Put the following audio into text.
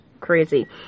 Crazy